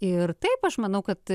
ir taip aš manau kad